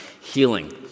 healing